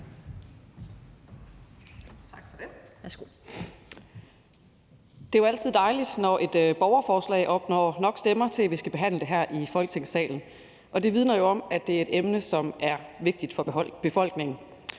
Tak for det.